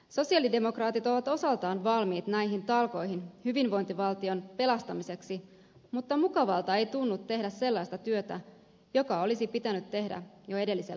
sosialidemokraatit ovat osaltaan valmiit näihin talkoihin hyvinvointivaltion pelastamiseksi mutta mukavalta ei tunnu tehdä sellaista työtä joka olisi pitänyt tehdä jo edellisellä kaudella